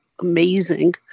amazing